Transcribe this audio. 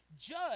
judge